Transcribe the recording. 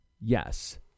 yes